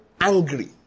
angry